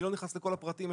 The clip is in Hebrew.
אני לא נכנס לכל הפרטים.